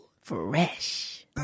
Fresh